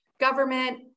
government